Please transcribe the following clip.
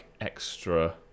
extra